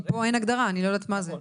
כי פה אין הגדרה, אני לא יודעת מה זה.